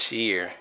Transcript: year